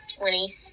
Winnie